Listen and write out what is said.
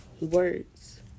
Words